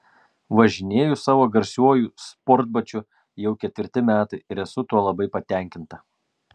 važinėju savo garsiuoju sportbačiu jau ketvirti metai ir esu tuo labai patenkinta